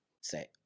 say